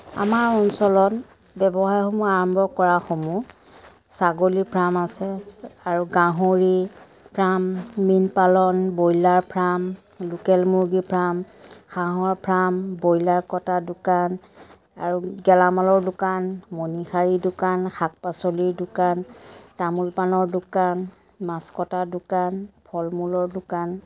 আমাৰ অঞ্চলত ব্যৱসায় হোৱা আৰম্ভ কৰা সমূহ ছাগলী ফাৰ্ম আছে আৰু গাহৰি ফাৰ্ম মীন পালন ব্ৰয়লাৰ ফাৰ্ম লোকেল মূৰ্গীৰ ফাৰ্ম হাহঁৰ ফাৰ্ম ব্ৰয়লাৰ কটা দোকান আৰু গেলামালৰ দোকান মনিহাৰীৰ দোকান শাক পাচলিৰ দোকান তামোল পানৰ দোকান মাছ কটা দোকান ফল মূলৰ দোকান